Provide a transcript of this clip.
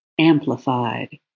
amplified